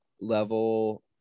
level